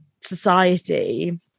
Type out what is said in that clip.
society